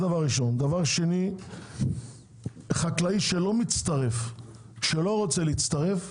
דבר שני, חקלאי שלא רוצה להצטרף,